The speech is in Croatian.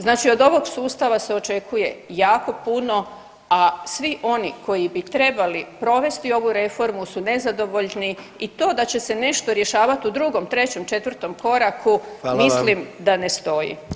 Znači od ovog sustava se očekuje jako puno, a svi oni koji bi trebali provesti ovu reformu su nezadovoljni i to da će se nešto rješavati u 2., 3., 4. koraku mislim da ne stoji.